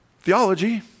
theology